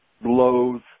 blows